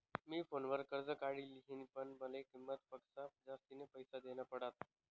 मी फोनवर कर्ज काढी लिन्ह, पण माले किंमत पक्सा जास्तीना पैसा देना पडात